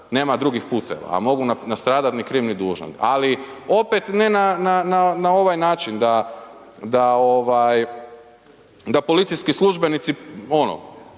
nema drugih puteva, a mogu nastradat ni kriv ni dužan. Ali opet ne na ovaj način, da ovaj da policijski službenici